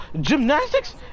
gymnastics